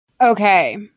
Okay